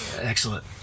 Excellent